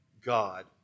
God